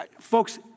Folks